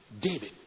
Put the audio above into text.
David